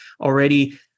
already